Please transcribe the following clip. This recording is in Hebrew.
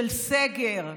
של סגר,